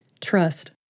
Trust